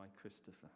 Christopher